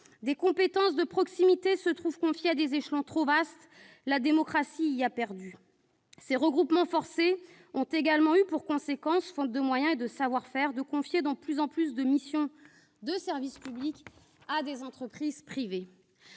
Des compétences de proximité ont été confiées à des échelons trop vastes et la démocratie y a perdu. Ces regroupements forcés ont également eu pour conséquence, faute de moyens et de savoir-faire, de confier de plus en plus de missions de service public à des entreprises privées.